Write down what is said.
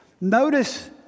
Notice